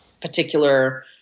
particular